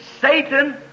Satan